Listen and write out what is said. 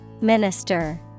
Minister